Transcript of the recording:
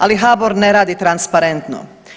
Ali HBOR ne radi transparentno.